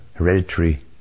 Hereditary